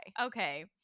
okay